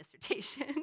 dissertation